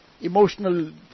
emotional